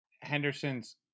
Henderson's